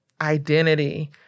identity